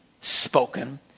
spoken